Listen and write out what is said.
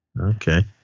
Okay